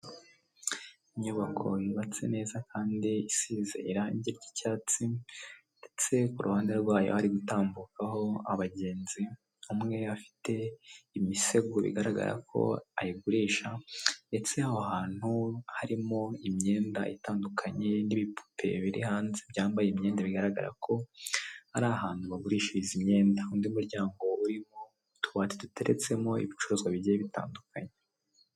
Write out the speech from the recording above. Inyubako yubatse neza kandi isize irangi ry'icyatsi ndetse ku ruhande rwayo hari gutambukaho abagenzi umwe afite imisego bigaragara ko ayigurisha ndetse aho hantu harimo imyenda itandukanye n'ibipupe biri hanze byambaye imyenda bigaragara ko ari ahantu bagurishiriza imyenda undi muryango urimo utubati duteretsemo ibicuruzwa bigiye bitandukanye .